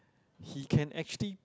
he can actually